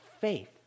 faith